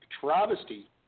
travesty